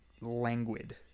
languid